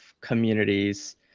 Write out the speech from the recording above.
communities